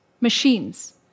machines